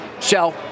Shell